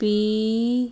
P